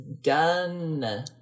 done